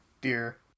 dear